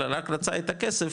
אלא רק רצה את הכסף,